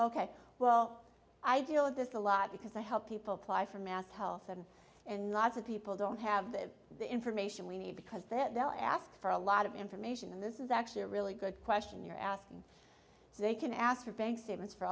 ok well i deal with this a lot because i help people apply for mass health and and lots of people don't have the information we need because they'll ask for a lot of information and this is actually a really good question you're asking so they can ask for bank statements for